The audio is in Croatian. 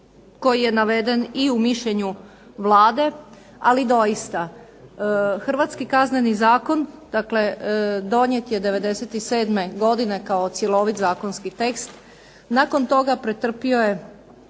koji je naveden i u mišljenju Vlade, ali doista hrvatski Kazneni zakon donijet je '97. godine kao cjelovit zakonski tekst. Nakon toga pretrpio je